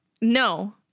no